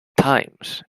times